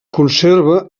conserva